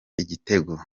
igitego